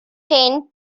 tend